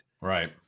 Right